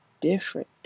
different